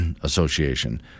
Association